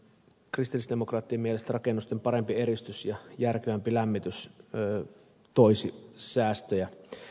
kristillisdemokraattien mielestä rakennusten parempi eristys ja järkevämpi lämmitys toisi säästöjä